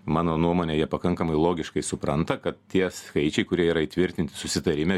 mano nuomone jie pakankamai logiškai supranta kad tie skaičiai kurie yra įtvirtinti susitarime